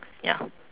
ya